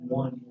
one